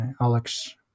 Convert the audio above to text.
Alex